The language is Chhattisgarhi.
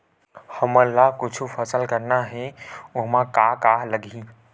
हमन ला कुछु फसल करना हे ओमा का का लगही?